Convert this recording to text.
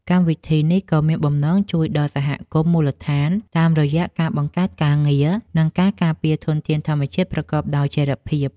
កម្មវិធីនេះក៏មានបំណងជួយដល់សហគមន៍មូលដ្ឋានតាមរយៈការបង្កើតការងារ និងការការពារធនធានធម្មជាតិប្រកបដោយចីរភាព។